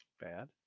bad